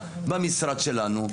במשרד שלנו,